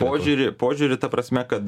požiūrį požiūrį ta prasme kad